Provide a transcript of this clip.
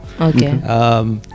Okay